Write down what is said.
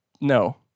no